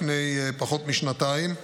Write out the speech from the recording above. לפני פחות משנתיים,